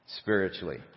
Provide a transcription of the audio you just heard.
Spiritually